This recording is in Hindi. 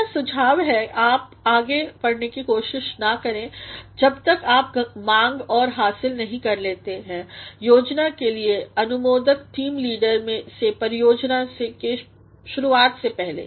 हमारा सुझाव है किआप आगे बढ़ने की कोशिश ना करें जब तक आप मांग और हासिल कर नहीं लेते हैं योजनाके लिए अनुमोदन टीमलीडर से परियोजनाके शुरुआत से पहले